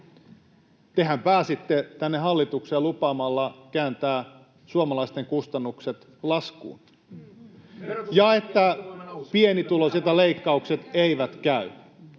Tehän pääsitte tänne hallitukseen lupaamalla kääntää suomalaisten kustannukset laskuun [Mauri Peltokangas: Verotus